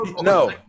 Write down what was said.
no